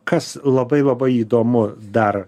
kas labai labai įdomu dar